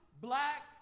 black